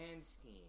scheme